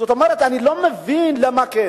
זאת אומרת, אני לא מבין למה כן.